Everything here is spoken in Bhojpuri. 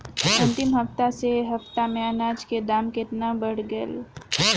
अंतिम हफ्ता से ए हफ्ता मे अनाज के दाम केतना बढ़ गएल?